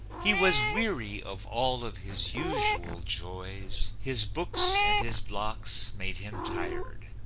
he was weary of all of his usual joys his books and his blocks made him tired,